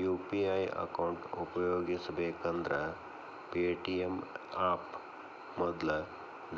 UPI account ಉಪಯೋಗಿಸಬೇಕಂದ್ರ Paytm app ಮೊದ್ಲ